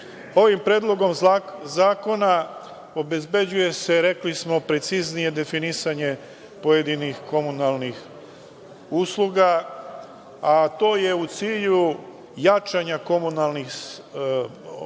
predlogom zakona obezbeđuje se, rekli smo, preciznije definisanje pojedinih komunalnih usluga, a to je u cilju jačanja komunalnih sistema